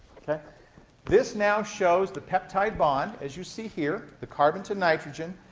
yeah this now shows the peptide bond, as you see here, the carbon to nitrogen,